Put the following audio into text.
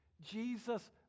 Jesus